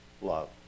love